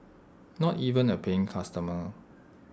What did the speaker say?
not even A paying customer